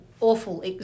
awful